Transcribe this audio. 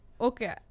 Okay